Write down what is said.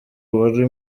wari